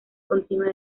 continua